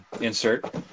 insert